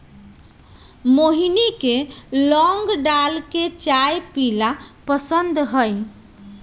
मोहिनी के लौंग डालकर चाय पीयला पसंद हई